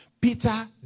Peter